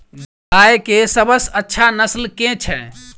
गाय केँ सबसँ अच्छा नस्ल केँ छैय?